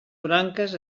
branques